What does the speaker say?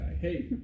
hey